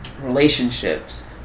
relationships